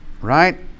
Right